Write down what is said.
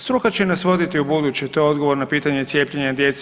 Struka će nas voditi ubuduće, to je odgovor na pitanje cijepljenja djece.